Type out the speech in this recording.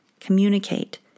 communicate